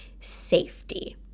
safety